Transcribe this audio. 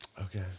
Okay